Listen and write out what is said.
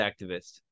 activist